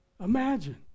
Imagine